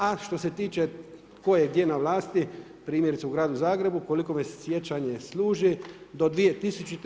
A što se tiče tko je gdje na vlasti, primjerice u gradu Zagrebu, koliko me sjećanje služi do 2000.